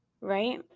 Right